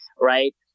right